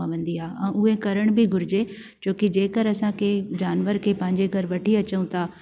पवंदी आहे ऐं उहे करण बि घुरिजे छोकी जे करे असांखे जानवर खे पंहिंजे घर वठी अचूं था